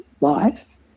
life